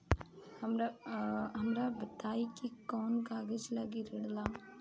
हमरा बताई कि कौन कागज लागी ऋण ला?